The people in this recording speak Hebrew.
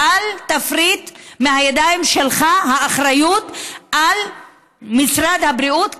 רק אל תפריט מהידיים שלך את האחריות למשרד הבריאות,